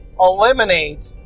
eliminate